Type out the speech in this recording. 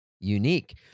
unique